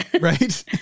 Right